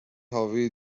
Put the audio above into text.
حاوی